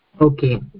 Okay